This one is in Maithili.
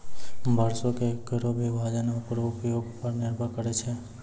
बांसों केरो विभाजन ओकरो उपयोग पर निर्भर करै छै